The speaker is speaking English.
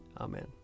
Amen